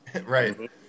Right